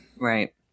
Right